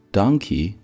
donkey